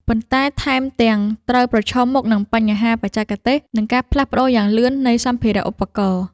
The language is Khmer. ប៉ុន្តែថែមទាំងត្រូវប្រឈមមុខនឹងបញ្ហាបច្ចេកទេស និងការផ្លាស់ប្តូរយ៉ាងលឿននៃសម្ភារៈឧបករណ៍។